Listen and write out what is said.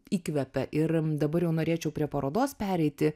įkvepia ir dabar jau norėčiau prie parodos pereiti